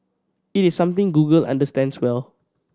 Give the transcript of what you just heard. it is something Google understands well